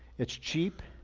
it's cheap,